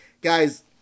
guys